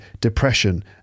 depression